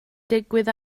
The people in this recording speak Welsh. digwydd